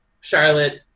Charlotte